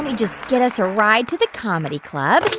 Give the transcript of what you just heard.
and just get us a ride to the comedy club.